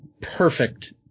perfect